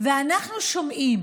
ואנחנו שומעים